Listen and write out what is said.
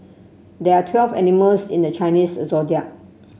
there are twelve animals in the Chinese Zodiac